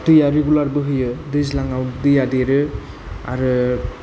दैया रेगुलारबो बोहैयो दैज्लाङाव दैया देरो आरो